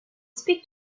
speak